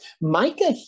Micah